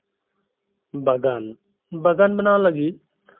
ᱵᱟᱜᱟᱱ ᱵᱟᱜᱟᱱ ᱵᱮᱱᱟᱣ ᱞᱟᱹᱜᱤᱫ